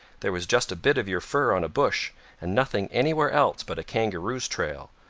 there was just a bit of your fur on a bush, and nothing anywhere else but a kangaroo's trail.